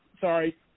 Sorry